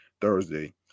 thursday